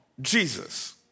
Jesus